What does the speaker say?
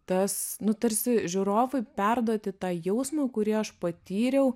tas nu tarsi žiūrovui perduoti tą jausmą kurį aš patyriau